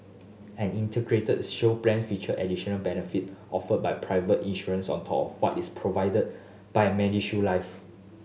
an Integrated Shield Plan feature additional benefit offered by private insurers on top what is provided by MediShield Life